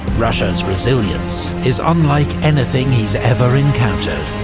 russia's resilience is unlike anything he's ever encountered.